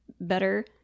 better